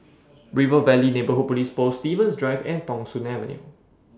River Valley Neighbourhood Police Post Stevens Drive and Thong Soon Avenue